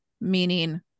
meaning